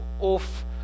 off